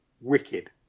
wicked